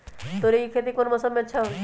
तोड़ी के खेती कौन मौसम में अच्छा होई?